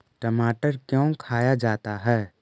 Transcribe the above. टमाटर क्यों खाया जाता है?